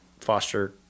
foster